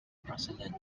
president